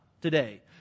today